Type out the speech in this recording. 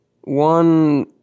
One